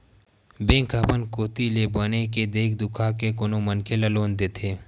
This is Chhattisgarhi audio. बेंक ह अपन कोती ले बने के देख दुखा के कोनो मनखे ल लोन देथे